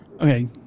Okay